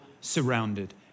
surrounded